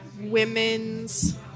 women's